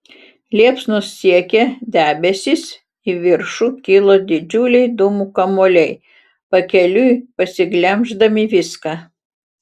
liepsnos siekė debesis į viršų kilo didžiuliai dūmų kamuoliai pakeliui pasiglemždami viską